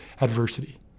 adversity